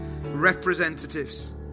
representatives